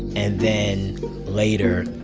and then later,